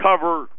cover